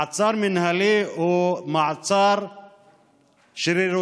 מעצר מינהלי הוא מעצר שרירותי,